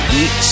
eat